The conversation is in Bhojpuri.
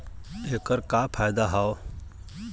ऐकर का फायदा हव?